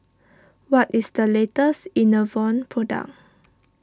what is the latest Enervon product